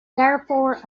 therefore